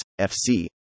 fc